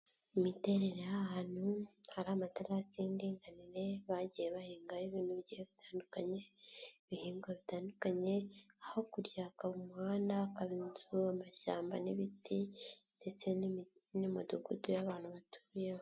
Imiterere y'ahantu hari amatarasi y'indiganire, bagiye bahingaho ibintu bigiye bitandukanye, ibihingwa bitandukanye. Hakurya hakaba umuhanda, hakaba inzu, amashyamba n'ibiti ndetse n'imidugudu y'abantu batuyemo.